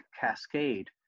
cascade